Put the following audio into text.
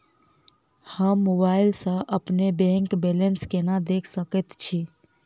हम मोबाइल सा अपने बैंक बैलेंस केना देख सकैत छी?